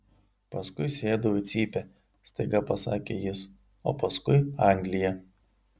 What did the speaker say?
paskui sėdau į cypę staiga pasakė jis o paskui anglija